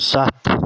ستھ